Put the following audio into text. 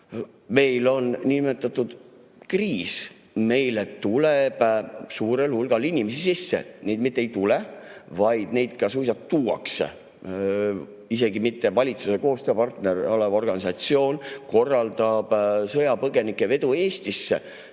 meil on kriis, meile tuleb suurel hulgal inimesi sisse, ja neid mitte ei tule, vaid neid suisa tuuakse. Isegi mitte valitsuse koostööpartneriks olev organisatsioon korraldab sõjapõgenike vedu Eestisse